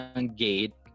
gate